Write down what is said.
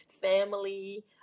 family